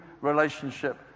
relationship